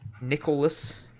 nicholas